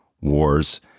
wars